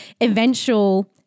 eventual